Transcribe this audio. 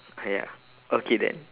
!aiya! okay then